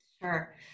Sure